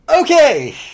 Okay